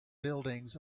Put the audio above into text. buildings